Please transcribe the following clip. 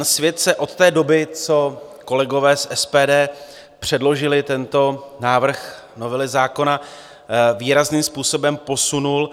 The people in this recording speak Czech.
Svět se od té doby, co kolegové z SPD předložili tento návrh novely zákona, výrazným způsobem posunul.